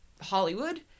hollywood